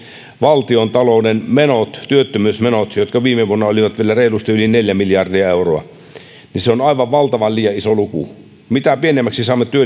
valtiontalouden menoista työttömyysmenot jotka viime vuonna olivat vielä reilusti yli neljä miljardia euroa olivat aivan valtavan iso luku liian iso mitä pienemmäksi saamme